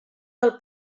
del